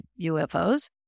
UFOs